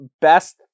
best